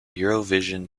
eurovision